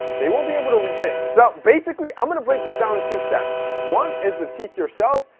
they won't be able to resist. so basically i'm gonna break this down into steps. one is the teeth yourself.